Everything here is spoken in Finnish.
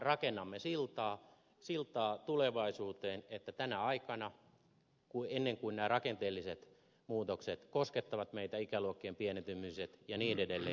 rakennamme siltaa tulevaisuuteen niin että tänä aikana ennen kuin nämä rakenteelliset muutokset koskettavat meitä ikäluokkien pienentymiset ja niin edelleen